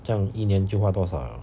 这样一年就花多少了